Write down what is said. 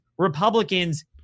Republicans